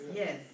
yes